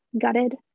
gutted